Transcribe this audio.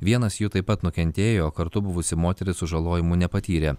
vienas jų taip pat nukentėjo o kartu buvusi moteris sužalojimų nepatyrė